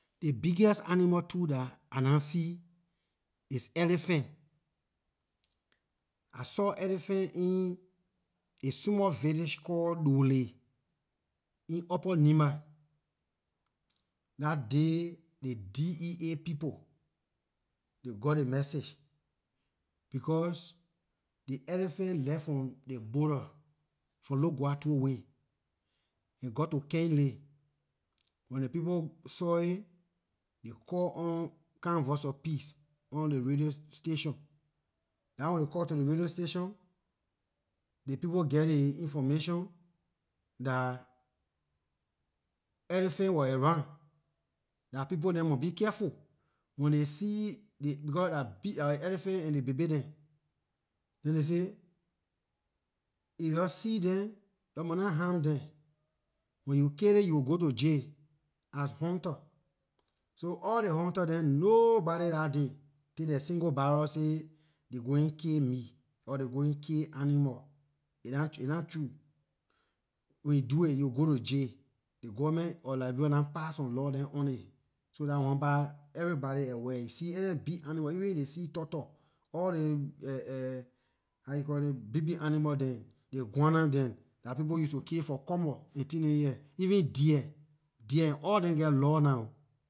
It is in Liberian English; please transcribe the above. The biggest animal too dah I nah see it elephant I saw elephant in a small village call dolley in upper nimba dah day ley dea people they got ley message because ley elephant left ley border from loguatoa way aay got to kendy when ley people saw it they call on kind voice of peace on ley radio station dah when ley call to ley radio station ley people got ley information dah elephant was around dah people neh mon be careful when they see ley becor dah big dah elephant and ley baby dem then they say if yor see them yor mon not harm them when you kill ley you will go to jail as hunter so all ley hunter dem nobody dah day take their single barrel say they going kill meat all ley going kill animal aay nah true when you do it you will go to jail ley government of liberia nah pass some laws dem on it so dah one pah everybody aware you see any big animal even ley sea turtle all ley big big animal dem like guana dem dah people use to kill for common ley tin dem here even deer all lor dem geh law nah